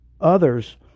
others